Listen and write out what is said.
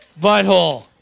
butthole